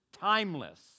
timeless